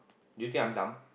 do you think I'm dumb